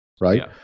right